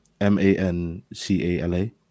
m-a-n-c-a-l-a